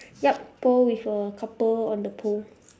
yup pole with a couple on the pole